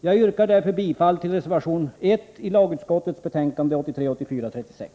Jag yrkar därför bifall till reservation 1 i lagutskottets betänkande 36.